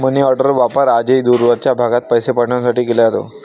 मनीऑर्डरचा वापर आजही दूरवरच्या भागात पैसे पाठवण्यासाठी केला जातो